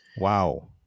Wow